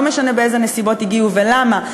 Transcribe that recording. לא משנה באיזה נסיבות הגיעו ולמה,